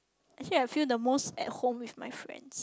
actually I feel the most at home with my friends